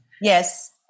Yes